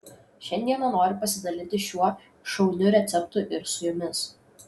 šiandieną noriu pasidalinti šiuo šauniu receptu ir su jumis